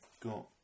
got